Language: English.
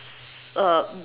uh